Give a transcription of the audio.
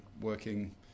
working